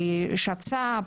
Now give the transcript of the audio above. שצ"פ,